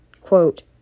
quote